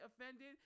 offended